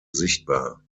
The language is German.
sichtbar